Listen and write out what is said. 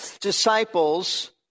disciples